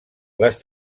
les